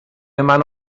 منو